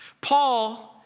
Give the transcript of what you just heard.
Paul